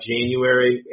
January